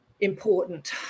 important